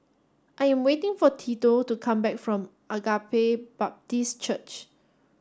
I am waiting for Tito to come back from Agape Baptist Church